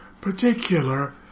particular